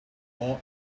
are